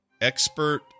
expert